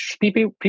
people